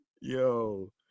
yo